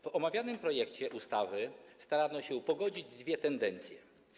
W omawianym projekcie ustawy starano się pogodzić dwie tendencje.